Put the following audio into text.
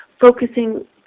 focusing